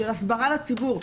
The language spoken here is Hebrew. של הסברה לציבור.